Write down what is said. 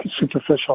superficial